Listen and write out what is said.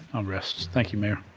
rest. thank you, mayor.